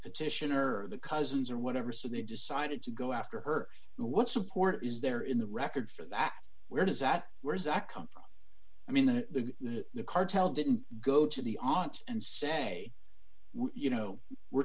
petition or the cousins or whatever so they decided to go after her what support is there in the record for that where does that where is that come from i mean the cartel didn't go to the aunt and say we you know we're